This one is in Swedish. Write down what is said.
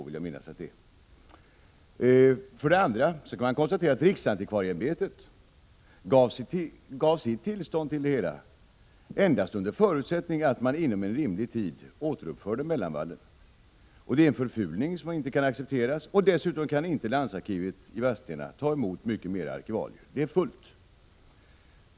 Vidare gav riksantikvarieämbetet sitt tillstånd endast under förutsättning att man inom en rimlig tid återuppför mellanvallen. Att inte göra det innebär en förfulning som inte kan accepteras, och dessutom kan inte landsarkivet i Vadstena ta emot mycket mer arkivalier — det är fullt.